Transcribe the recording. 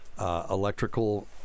electrical